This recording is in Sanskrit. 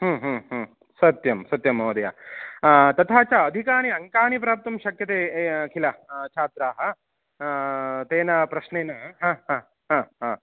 सत्यं सत्यं महोदय तथा च अधिकानि अङ्काः प्राप्तुं शक्यते किल छात्राः तेन प्रश्नेन